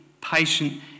patient